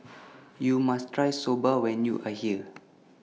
YOU must Try Soba when YOU Are here